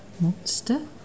Monster